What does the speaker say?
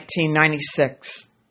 1996